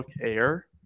Air